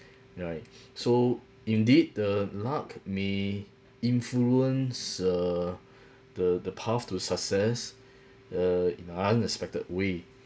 right so indeed the luck may influence err the the path to success uh in unexpected way